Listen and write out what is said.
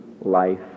life